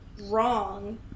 wrong